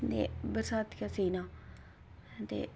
ते बरसातिया सीना ते